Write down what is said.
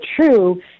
true